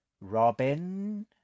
Robin